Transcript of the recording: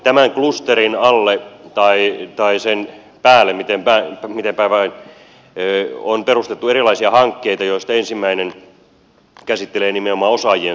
tämän klusterin alle tai sen päälle miten päin vain on perustettu erilaisia hankkeita joista ensimmäinen käsittelee nimenomaan osaajien saamista